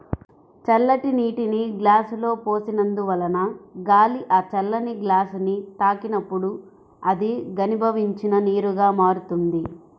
చల్లటి నీటిని గ్లాసులో పోసినందువలన గాలి ఆ చల్లని గ్లాసుని తాకినప్పుడు అది ఘనీభవించిన నీరుగా మారుతుంది